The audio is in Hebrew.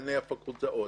דיקני הפקולטות.